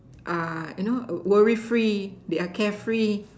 uh you know worry free they are carefree